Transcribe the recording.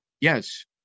Yes